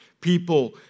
People